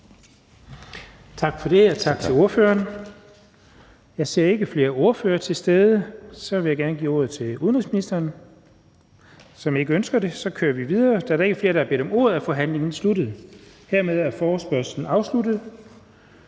Tak for det, og tak til ordføreren. Jeg ser ikke, at flere ordførere er til stede, og så vil jeg gerne give ordet til udenrigsministeren – som ikke ønsker det. Da der ikke er flere, der har bedt om ordet, er forhandlingen sluttet. Afstemningen om de